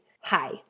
hi